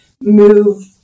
move